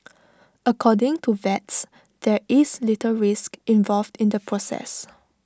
according to vets there is little risk involved in the process